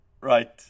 Right